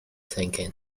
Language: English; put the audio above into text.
thinking